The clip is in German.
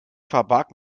verbarg